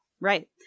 Right